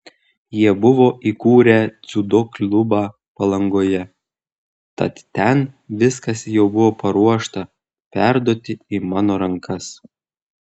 jie buvo įkūrę dziudo klubą palangoje tad ten viskas jau buvo paruošta perduoti į mano rankas